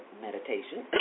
meditation